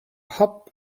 hop